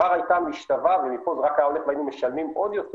כבר הייתה משתווה ומפה זה רק היה הולך והיינו משלמים עוד יותר